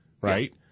right